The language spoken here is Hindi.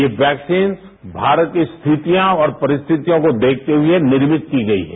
ये देक्सीन मारत की स्थितियां और परिस्थितियों को देखते दुए निर्मित की गई है